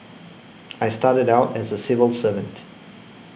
I started out as a civil servant